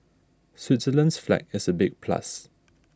Switzerland's flag is a big plus